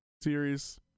series